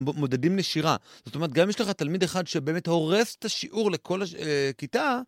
מודדים נשירה, זאת אומרת גם אם יש לך תלמיד אחד שבאמת הורס את השיעור לכל כיתה